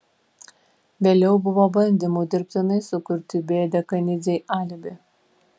vėliau buvo bandymų dirbtinai sukurti b dekanidzei alibi